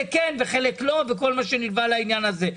כן וחלק לא וכל מה שנלווה לעניין הזה.